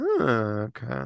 okay